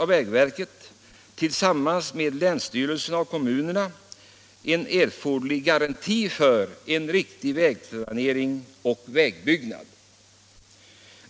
Om vägverket tillsammans med länsstyrelsen och kommunerna utför planeringen och projekteringen skapas garantier för en riktig vägplanering och vägbyggnad.